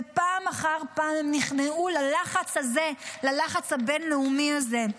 ופעם אחר פעם נכנעו ללחץ הבין-לאומי הזה.